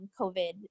COVID